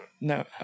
No